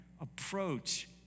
approach